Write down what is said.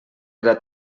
era